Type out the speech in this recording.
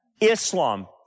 Islam